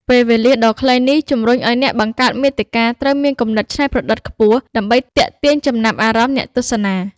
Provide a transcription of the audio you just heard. ពេលវេលាដ៏ខ្លីនេះ ជំរុញឱ្យអ្នកបង្កើតមាតិកាត្រូវមានគំនិតច្នៃប្រឌិតខ្ពស់ ដើម្បីទាក់ទាញចំណាប់អារម្មណ៍អ្នកទស្សនា។